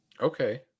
okay